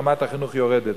רמת החינוך יורדת,